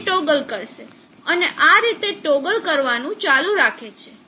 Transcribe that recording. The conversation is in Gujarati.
તે ટોગલ કરશે અને આ રીતે ટોગલ કરવાનું ચાલુ રાખે છે